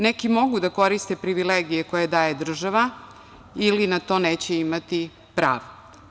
Neki mogu da koriste privilegije koje daje država ili na to neće imati pravo.